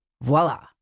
Voila